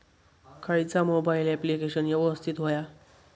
खयचा mobile application यवस्तित होया?